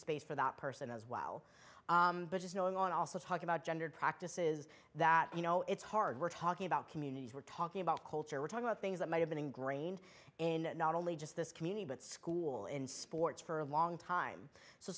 space for that person as well but just knowing on also talking about gendered practices that you know it's hard we're talking about communities we're talking about culture we're talking about things that may have been ingrained in not only just this community but school in sports for a long time so